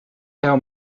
how